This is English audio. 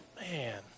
man